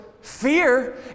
fear